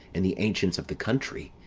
and the ancients of the country,